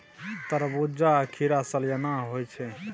तरबूज्जा आ खीरा सलियाना होइ छै